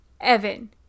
Evan